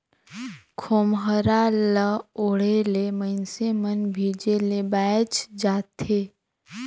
खोम्हरा ल ओढ़े ले मइनसे मन भीजे ले बाएच जाथे